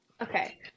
okay